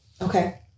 Okay